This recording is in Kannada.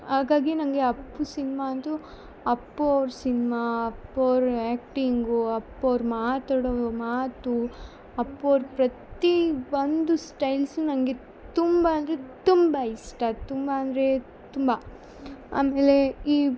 ಹಾಗಾಗಿ ನನಗೆ ಅಪ್ಪು ಸಿನ್ಮಾ ಅಂತು ಅಪ್ಪು ಅವ್ರ ಸಿನ್ಮಾ ಅಪ್ಪು ಅವ್ರ ಆ್ಯಕ್ಟಿಂಗು ಅಪ್ಪು ಅವ್ರು ಮಾತಡೋದು ಮಾತು ಅಪ್ಪು ಅವ್ರ ಪ್ರತಿ ಒಂದು ಸ್ಟೈಲ್ಸ್ ನನಗೆ ತುಂಬ ಅಂದರೆ ತುಂಬ ಇಷ್ಟ ತುಂಬ ಅಂದರೆ ತುಂಬ ಆಮೇಲೆ ಈ